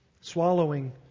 swallowing